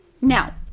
Now